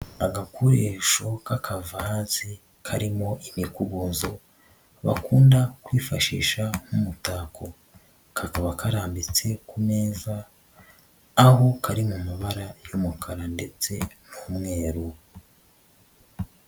Agakoresho k'akavaze karimo imikubuzo, bakunda kwifashisha nk'umutako, kakaba karambitse ku meza, aho kari mu mabara y'umukara ndetse n'umweru.